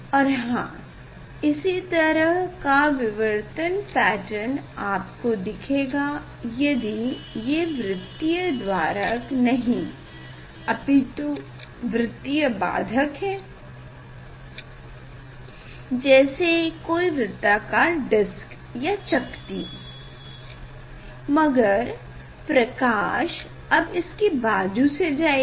और हाँ इसी तरह का विवर्तन पैटर्न आपको दिखेगा यदि ये वृत्तीय द्वारक नहीं अपितु वृत्तीय बाधक है जैसे कोई वृत्ताकार डिस्क या चकती मगर प्रकाश अब इसके बाजू से जाएगी